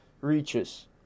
reaches